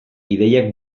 ideiak